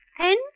Ten